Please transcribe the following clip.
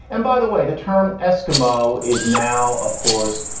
and by the way, the term eskimo is now, of course,